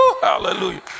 hallelujah